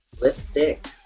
Lipstick